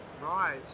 right